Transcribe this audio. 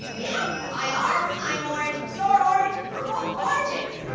yeah? i r? i'm orange, your orange, we're both barges